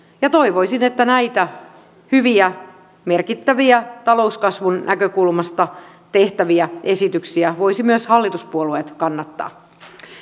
toivoisin että näitä hyviä merkittäviä talouskasvun näkökulmasta tehtäviä esityksiä voisivat myös hallituspuolueet kannattaa